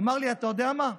ואמר לי: אתה יודע מה,